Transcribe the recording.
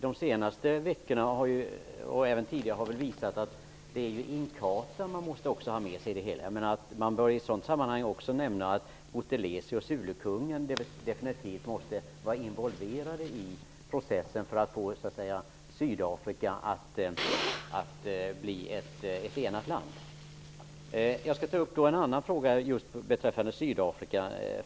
De senaste veckorna och även tidigare har det visat sig att man också måste ha med Inkatha i det hela. Man bör i ett sådan sammanhang också nämna att Buthelezi och Zulukungen definitivt måste vara involverade i processen att få Sydafrika att bli ett enat land. Jag skall ta upp en annan fråga beträffande Sydafrika.